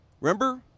remember